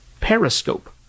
Periscope